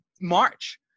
March